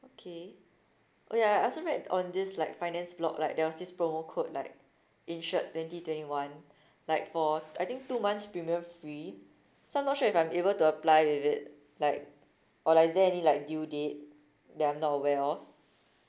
okay oh ya I also read on this like finance blog like there was this promo code like insured twenty twenty one like for I think two months premium free so I'm not sure if I'm able to apply with it like or like is there any like due date that I'm not aware of